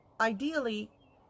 ideally